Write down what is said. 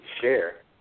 share